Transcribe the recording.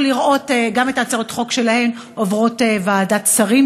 לראות גם את הצעות החוק שלהם עוברות ועדת שרים?